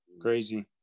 crazy